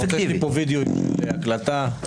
יש לי וידאו של הקלטה מה הנזק.